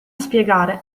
spiegare